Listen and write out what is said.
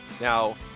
Now